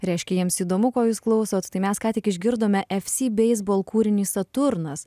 reiškia jiems įdomu ko jūs klausot tai mes ką tik išgirdome efsy beisbol kūrinį saturnas